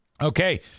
Okay